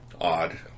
odd